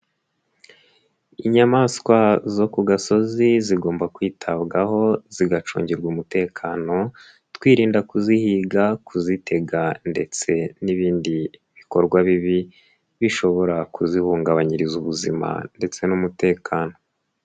Inyamaswa zo ku gasozi zigomba kwitabwaho zigacungirwa umutekano twirinda kuzihiga, kuzitega ndetse n'ibindi bikorwa bibi bishobora kuzihungabanyiriza ubuzima ndetse n'umutekano.